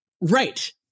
Right